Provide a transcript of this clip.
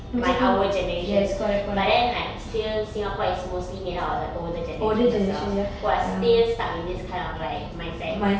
my our generation but then like still singapore is mostly made up of the older generation also who are still stuck in this kind of like mindset